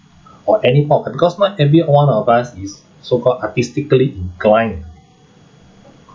or any form because not every one of us is so called artistically inclined